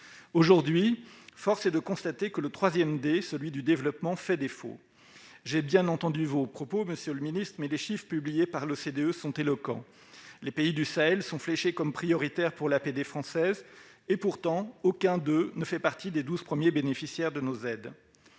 Aujourd'hui, force est de constater que le troisième « D », celui du développement, fait défaut. J'ai bien entendu vos propos, monsieur le ministre, mais les chiffres publiés par l'OCDE sont éloquents : les pays du Sahel sont fléchés comme prioritaires pour l'APD française, pourtant, aucun d'eux ne fait partie des douze premiers bénéficiaires de nos aides.